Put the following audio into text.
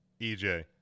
ej